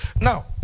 Now